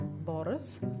Boris